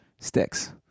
sticks